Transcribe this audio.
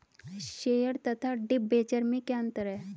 Share तथा debenture में क्या अंतर है?